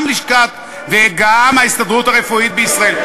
גם ההסתדרות הרפואית בישראל,